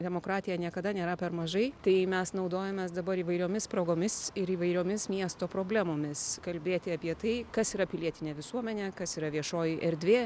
demokratiją niekada nėra per mažai tai mes naudojamės dabar įvairiomis progomis ir įvairiomis miesto problemomis kalbėti apie tai kas yra pilietinė visuomenė kas yra viešoji erdvė